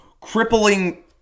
crippling